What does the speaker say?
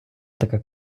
така